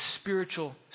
spiritual